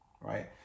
right